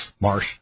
marsh